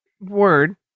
word